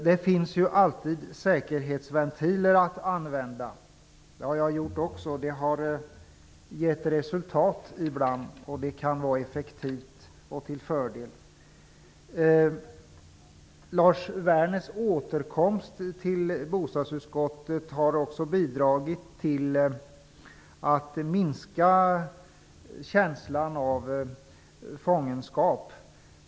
Det finns alltid säkerhetsventiler att använda. Det har jag gjort också. Det har gett resultat ibland, och det kan vara effektivt. Lars Werners återkomst till bostadsutskottet har också bidragit till att minska känslan av fångenskap.